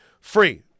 free